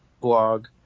blog